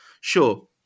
Sure